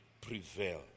prevail